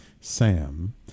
Sam